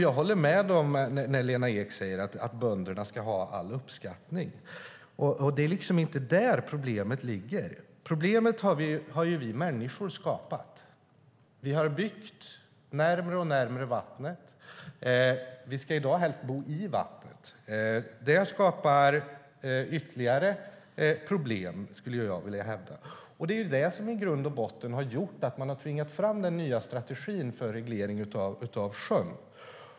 Jag håller med när Lena Ek säger att bönderna ska ha uppskattning, men det är inte där problemet ligger. Problemet har vi människor skapat. Vi har byggt närmare och närmare vattnet - vi ska i dag helst bo i vattnet - och det skapar ytterligare problem, skulle jag vilja hävda. Det har gjort att man tvingat fram den nya strategin för reglering av sjön.